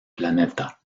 planeta